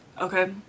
Okay